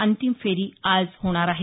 अंतिम फेरी आज होणार आहे